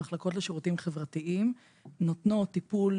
המחלקות לשירותים חברתיים נותנות טיפולים